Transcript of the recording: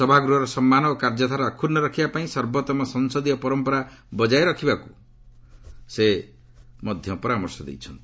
ସଭାଗୃହର ସମ୍ମାନ ଓ କାର୍ଯ୍ୟଧାରା ଅକ୍ଷୁର୍ଣ୍ଣ ରଖିବା ପାଇଁ ସର୍ବୋତ୍ତମ ସଂସଦୀୟ ପରମ୍ପରା ବଜାୟ ରଖିବାକ୍ ସେ ପରାମର୍ଶ ଦେଇଛନ୍ତି